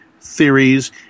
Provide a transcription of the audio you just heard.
theories